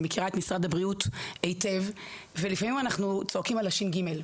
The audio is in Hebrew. אני מכירה את משרד הבריאות היטב ולפעמים אנחנו צועקים על ה-ש"ג.